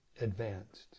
advanced